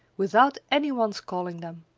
without any one's calling them.